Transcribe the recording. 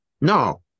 no